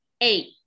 Eight